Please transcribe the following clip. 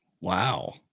Wow